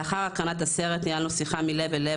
לאחר הקרנת הסרט ניהלנו שיחה מלב אל לב